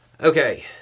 Okay